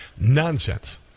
Nonsense